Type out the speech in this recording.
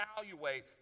evaluate